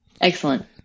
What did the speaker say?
Excellent